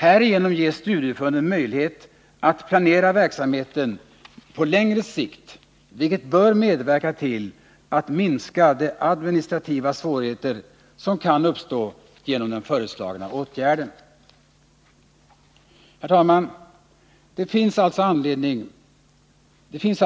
Härigenom ges studieförbunden möjlighet att planera verksamheten på längre sikt, vilket bör medverka till att minska de administrativa svårigheter som kan uppstå genom den föreslagna åtgärden. Herr talman!